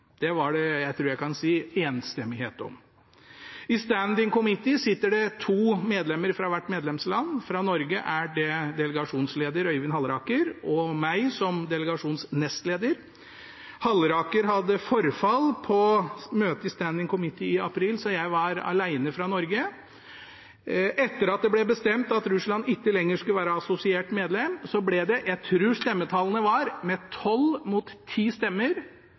Det var det – jeg tror jeg kan si – enstemmighet om. I Standing committee sitter det to medlemmer fra hvert medlemsland. Fra Norge er det delegasjonsleder Øyvind Halleraker – og jeg som delegasjonsnestleder. Halleraker hadde forfall på møtet i Standing committee i april, så jeg var alene fra Norge. Etter at det ble bestemt at Russland ikke lenger skulle være assosiert medlem, ble det – jeg tror stemmetallene var 12 mot 10 stemmer